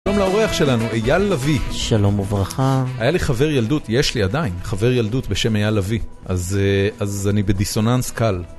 שלום לאורח שלנו, אייל לביא. שלום וברכה. היה לי חבר ילדות, יש לי עדיין חבר ילדות בשם אייל לביא. אז אה.. אז אני בדיסוננס קל.